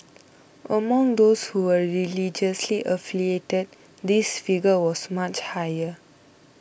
among those who were religiously affiliated this figure was much higher